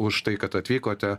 už tai kad atvykote